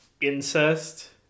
incest